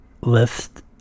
list